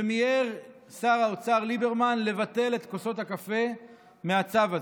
ומיהר שר האוצר ליברמן לבטל את כוסות הקפה מהצו הזה.